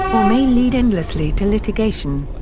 or may lead endlessly to litigation.